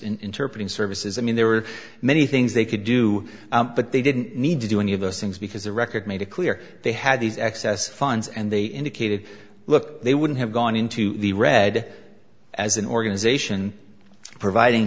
interpreting services i mean there were many things they could do but they didn't need to do any of those things because the record made it clear they had these excess funds and they indicated look they wouldn't have gone into the red as an organization providing